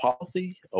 policy